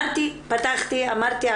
פתחתי ואמרתי,